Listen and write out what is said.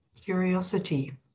curiosity